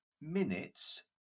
minutes